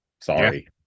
sorry